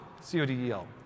C-O-D-E-L